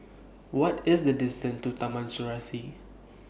What IS The distance to Taman Serasi